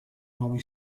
nuovi